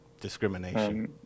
discrimination